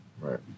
right